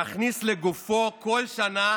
מכניס לגופו כל שנה